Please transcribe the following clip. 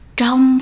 trong